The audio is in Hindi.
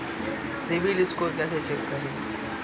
सिबिल स्कोर कैसे चेक करें?